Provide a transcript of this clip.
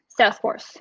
Salesforce